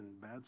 bad